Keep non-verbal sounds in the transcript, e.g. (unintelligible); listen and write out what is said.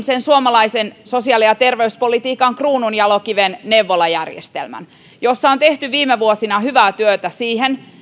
(unintelligible) sen suomalaisen sosiaali ja terveyspolitiikan kruununjalokiven neuvolajärjestelmän jossa on tehty viime vuosina hyvää työtä sen eteen